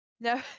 No